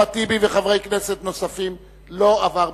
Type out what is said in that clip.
14 בעד, 59 נגד, אין נמנעים.